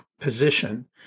position